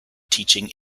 teaching